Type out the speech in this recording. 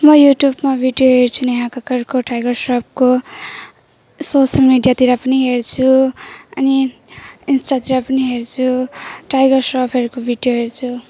म युट्युबमा भिडियो हेर्छु नेहा कक्कडको टाइगर श्रफको सोसल मिडियातिर पनि हेर्छु अनि इन्स्ट्राग्राम पनि हेर्छु टाइगर श्रफहरूको भिडियो हेर्छु